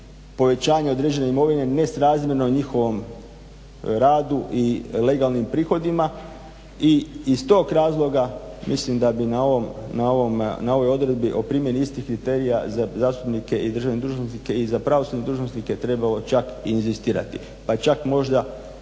povećanje određene imovine nesrazmjerno njihovom radu i legalnim prihoda i iz tog razloga mislim da bi na ovoj odredbi o primjeni istih kriterija za zastupnike i državne dužnosnike i pravosudne dužnosnike trebalo čak inzistirati pa čak možda i